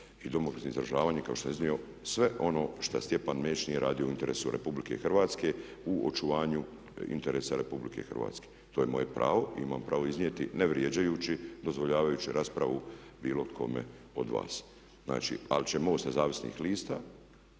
se ne razumije./… kao što je iznio sve ono što Stjepan Mesić nije radio u interesu RH u očuvanju interesa RH. To je moje pravo i imam pravo iznijeti, ne vrijeđajući, dozvoljavajući raspravu bilo kome od vas. Znači ali će MOST nezavisnih lista